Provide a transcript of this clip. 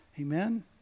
Amen